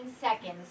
seconds